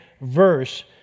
verse